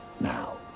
Now